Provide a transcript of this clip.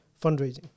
fundraising